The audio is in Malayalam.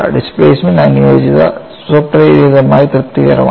ഡിസ്പ്ലേസ്മെൻറ് അനുയോജ്യത സ്വപ്രേരിതമായി തൃപ്തികരമാണ്